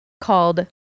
called